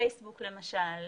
פייסבוק למשל,